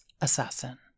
assassin